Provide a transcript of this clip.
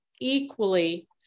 equally